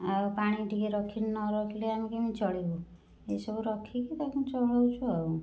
ଆଉ ପାଣି ଟିକେ ରଖି ନରଖିଲେ ଆମେ କେମିତି ଚଳିବୁ ଏଇସବୁ ରଖିକି ତାକୁ ଚଳଉଛୁ ଆଉ